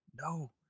no